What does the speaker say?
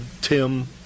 Tim